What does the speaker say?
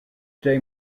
des